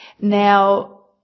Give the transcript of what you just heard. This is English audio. Now